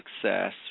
success